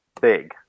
big